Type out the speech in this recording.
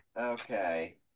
Okay